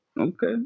Okay